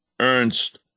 Ernst